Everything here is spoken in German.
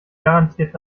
garantiert